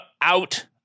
out